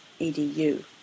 .edu